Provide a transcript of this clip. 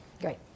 Great